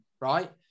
right